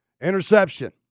interception